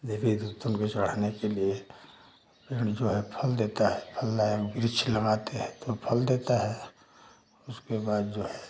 देवी देवतन को चढ़ाने के लिए पेड़ जो है फल देता है फलदायक वृक्ष लगाते हैं तो फल देता है उसके बाद जो है